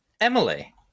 Emily